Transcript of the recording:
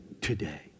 today